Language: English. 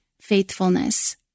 faithfulness